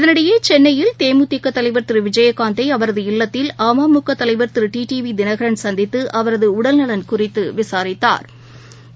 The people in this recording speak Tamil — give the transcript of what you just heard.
இதனிடையேசென்னையில் தேமுதிகதலைவர் திருவிஜயகாந்தைஅவரது இல்லத்தில் அம்முகதலைவா் திரு டி டிவிதினகரன் சந்தித்துஅவரதுடடல்நலன் குறித்துவிசாரித்தாா்